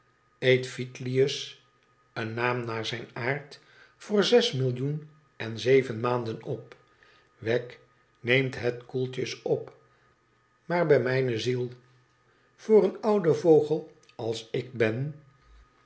een naam naar zijn aard voor zes millioen in zeven maanden op wegg neemt het koeltjes op maar bij mijne ziel voor een ouden vogel als ik ben